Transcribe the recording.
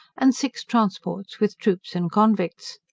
and six transports, with troops and convicts.